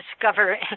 discover